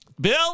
Bill